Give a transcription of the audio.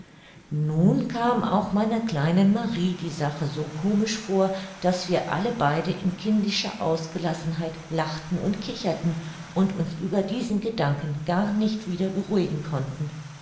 nun kam auch meiner kleinen marie die sache so komisch vor daß wir alle beide in kindischer ausgelassenheit lachten und kicherten und uns über diesen gedanken gar nicht wieder beruhigen konnten